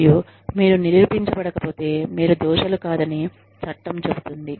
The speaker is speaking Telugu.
మరియు మీరు నిరూపించబడకపోతే మీరు దోషులు కాదని చట్టం చెబుతుంది